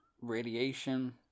radiation